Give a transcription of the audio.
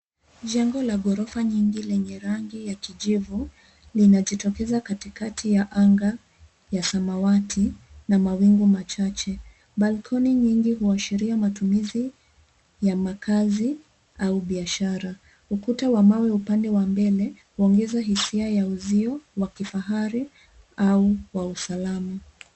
Jengo la ghorofa nyingi lenye rangi ya kijivu, linajitokeza katikati ya anga ya samawati na mawingu machache. Balcony nyingi huashiria matumizi ya makazi au biashara. Ukuta wa mawe upande wa mbele huongeza hisia ya uzio wa kifahari au wa usalama.